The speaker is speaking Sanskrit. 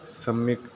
सम्यक्